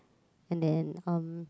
and then um